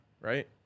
right